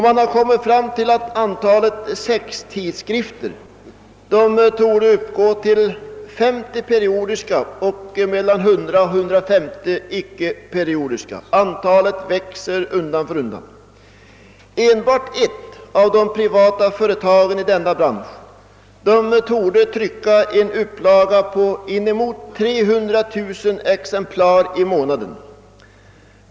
Man har kommit fram till att antalet sextidskrifter torde uppgå till 50 periodiska och 100—150 icke periodiska; antalet växer undan för undan. Enbart ett av de privata företagen i denna bransch torde trycka en upplaga på inemot 300000 exemplar i månaden.